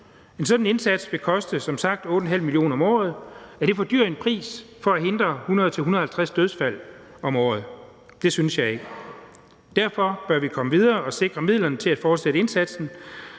En sådan indsats vil som sagt koste 8,5 mio. kr. om året. Er det for høj en pris for at hindre 100-150 dødsfald om året? Det synes jeg ikke. Derfor bør vi komme videre og sikre midlerne til at fortsætte indsatsen